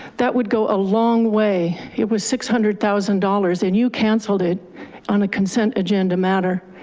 that would go a long way. it was six hundred thousand dollars and you canceled it on a consent agenda matter.